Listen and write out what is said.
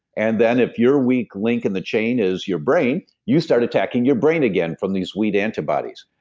and then, if you're weak link in the chain is your brain, you start attacking your brain again from these wheat antibodies.